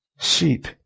sheep